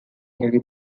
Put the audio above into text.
heavy